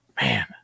man